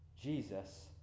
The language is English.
Jesus